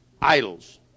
idols